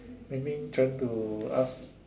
meaning trying to ask